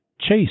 chase